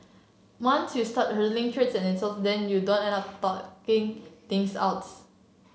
once you start hurling threats and insults then you don't end up talking things outs